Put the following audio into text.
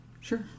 Sure